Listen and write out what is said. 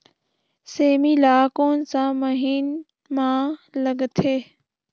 सेमी ला कोन सा महीन मां लगथे?